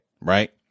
Right